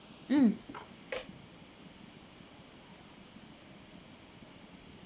um